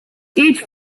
each